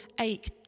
ache